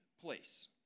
place